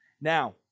Now